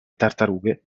tartarughe